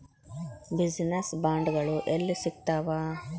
Business ಬಾಂಡ್ಗಳು ಯೆಲ್ಲಿ ಸಿಗ್ತಾವ?